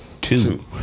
two